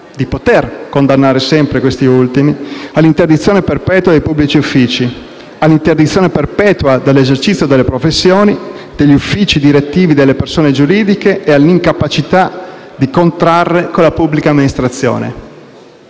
banche, condanna sempre questi ultimi all'interdizione perpetua dai pubblici uffici, all'interdizione perpetua dall'esercizio delle professioni, dagli uffici direttivi delle persone giuridiche, delle imprese e all'incapacità di contrattare con la pubblica amministrazione.